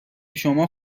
شما